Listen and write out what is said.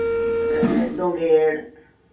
ᱫᱳᱸᱜᱮᱲ